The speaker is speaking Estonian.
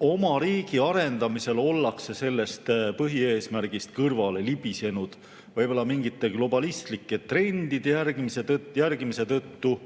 oma riigi arendamisel ollakse sellest põhieesmärgist kõrvale libisenud. Võib-olla mingite globalistlike trendide järgimise tõttu